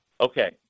okay